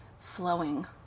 flowing